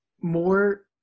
more